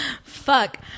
fuck